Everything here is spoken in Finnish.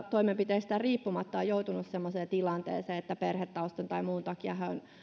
toimenpiteistään riippumatta ovat joutuneet semmoiseen tilanteeseen että perhetaustan tai muun takia he